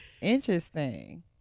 interesting